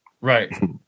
Right